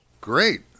Great